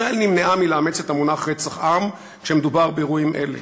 ישראל נמנעה מלאמץ את המונח רצח עם כשמדובר באירועים אלה.